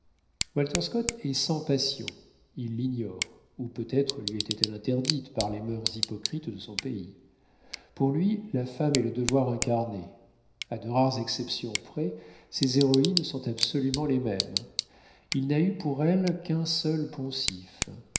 walter scott est sans passion il l'ignore ou peut-être lui était-elle interdite par les mœurs hypocrites de son pays pour lui la femme est le devoir incarné a de rares exceptions près ses héroïnes sont absolument les mêmes il n'a eu pour elles qu'un seul poncif